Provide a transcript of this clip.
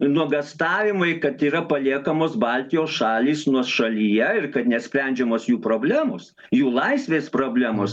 nuogąstavimai kad yra paliekamos baltijos šalys nuošalyje ir kad nesprendžiamos jų problemos jų laisvės problemos